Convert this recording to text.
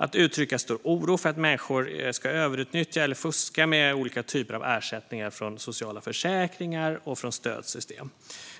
att uttrycka en stor oro för att människor ska överutnyttja eller fuska med olika typer av ersättningar från sociala försäkringar och stödsystem.